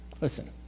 listen